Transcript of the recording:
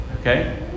Okay